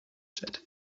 jet